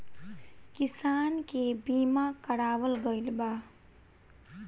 किसान के बीमा करावल गईल बा